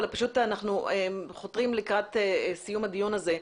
אבל פשוט אנחנו חותרים לקראת סיום הדיון הזה.